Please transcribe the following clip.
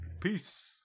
Peace